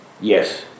Yes